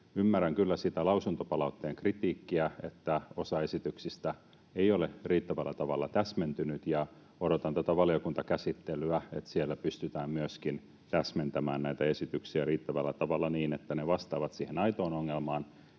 Ymmärrän kyllä sitä lausuntopalautteen kritiikkiä, että osa esityksistä ei ole riittävällä tavalla täsmentynyt, ja odotan valiokuntakäsittelyä, että siellä pystytään myöskin täsmentämään näitä esityksiä riittävällä tavalla niin, että ne vastaavat siihen aitoon ongelmaan